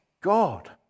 God